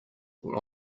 were